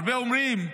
הרבה אומרים,